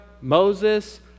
Moses